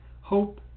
hope